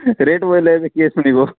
rate ବୋଇଲେ ଏବେ କିଏ ଶୁଣିବ